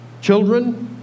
children